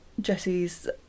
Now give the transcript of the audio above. Jesse's